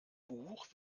buch